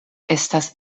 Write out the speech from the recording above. estas